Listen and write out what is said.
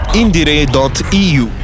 indire.eu